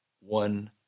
one